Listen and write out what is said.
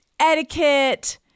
etiquette